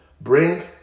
bring